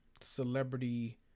celebrity